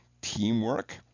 teamwork